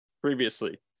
previously